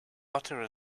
butter